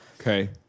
okay